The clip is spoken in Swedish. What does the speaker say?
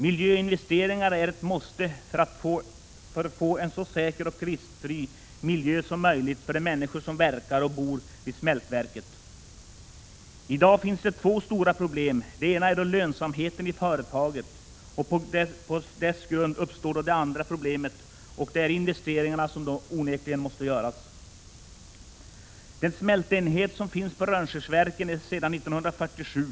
Miljöinvesteringar är ett måste för att få en så säker och riskfri miljö som möjligt för de människor som verkar och bor vid smältverket. I dag finns två stora problem. Det ena är lönsamheten i företaget. På grund av den uppstår det andra problemet — nämligen de investeringar som onekligen måste göras. Den smältenhet som finns på Rönnskärsverken är från 1947.